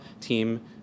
team